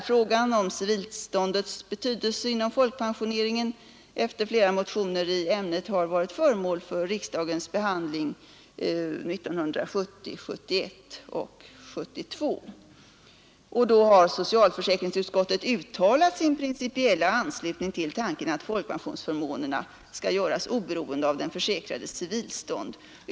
F flera motioner i ämnet varit föremål för riksdagens behandling 1970, 1971 och 1972. Socialförsäkringsutskottet har uttalat sin principiella anslutning till tanken att folkpensionsförmånerna skall göras oberoende av den försäkrades civilstånd.